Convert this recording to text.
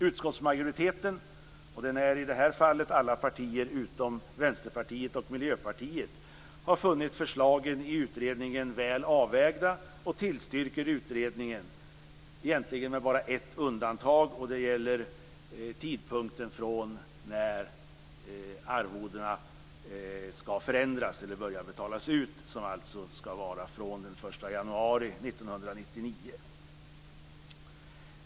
Utskottsmajoriteten - som i det här fallet består av alla partier utom Vänsterpartiet och Miljöpartiet - har funnit förslagen i utredningen väl avvägda och tillstyrker utredningen med egentligen bara ett undantag, som gäller tidpunkten för när de nya arvodena skall börja betalas ut, dvs. den 1 januari 1999.